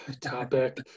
topic